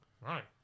Right